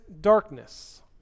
darkness